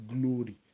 glory